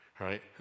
right